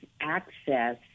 access